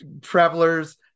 travelers